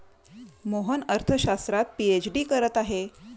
मोहन अर्थशास्त्रात पीएचडी करत आहे